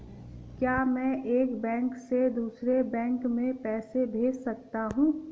क्या मैं एक बैंक से दूसरे बैंक में पैसे भेज सकता हूँ?